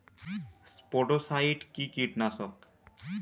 স্পোডোসাইট কি কীটনাশক?